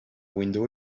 window